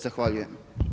Zahvaljujem.